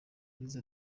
yagize